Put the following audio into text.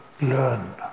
learn